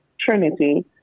Trinity